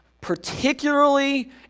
particularly